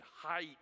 height